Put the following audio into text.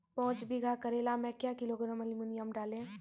पाँच बीघा करेला मे क्या किलोग्राम एलमुनियम डालें?